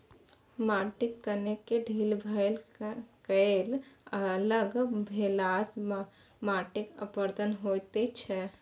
माटिक कणकेँ ढील भए कए अलग भेलासँ माटिक अपरदन होइत छै